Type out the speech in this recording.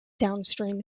downstream